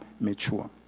mature